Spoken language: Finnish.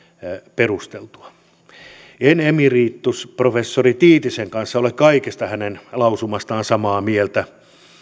perusteltu en emeritusprofessori tiitisen kanssa ole kaikesta hänen lausumastaan samaa mieltä